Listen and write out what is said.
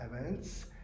events